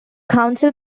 council